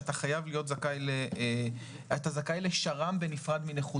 שאתה זכאי לשר"מ בנפרד מנכות.